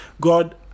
God